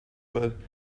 but